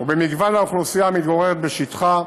ובמגוון האוכלוסייה המתגוררת בשטחה,